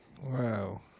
Wow